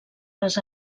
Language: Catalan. les